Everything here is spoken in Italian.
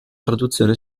traduzione